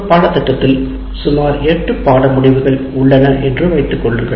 ஒரு பாடத்திட்டத்தில் சுமார் 8 பாட முடிவுகள் உள்ளன என்று வைத்துக் கொள்ளுங்கள்